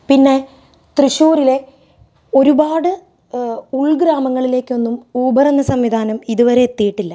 പിന്നെ തൃശ്ശൂരിലെ ഒരുപാട് ഉൾഗ്രാമങ്ങളിലേക്കൊന്നും ഊബറെന്ന സംവിധാനം ഇതുവരെ എത്തിയിട്ടില്ല